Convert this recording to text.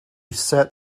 set